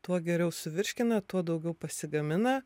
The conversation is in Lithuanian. tuo geriau suvirškina tuo daugiau pasigamina